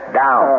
down